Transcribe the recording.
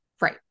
Right